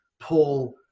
Paul